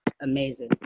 amazing